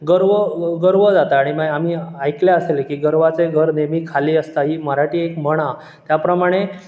गर्व गर्व जाता आनी मागीर आमी आयकलां आसतलें की गर्वाच घर नेहमी खाली असता ही मराठी एक म्हण आहा त्या प्रमाणे